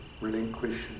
relinquish